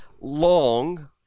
long